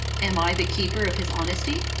am i the keeper of his honesty?